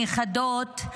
הנכדות,